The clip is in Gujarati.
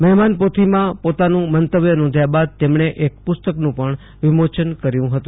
મહેમાનપોથીમાં પોતાનું મંતવ્ય નોંધ્યા બાદ તેમણે એક પુસ્તકનું પણ વિમોચન કર્યું હતું